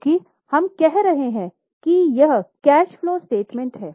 क्योंकि हम कह रहे हैं कि यह कैश फलो स्टेटमेंट है